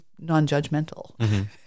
non-judgmental